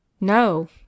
No